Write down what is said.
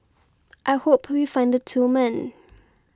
I hope we find the two men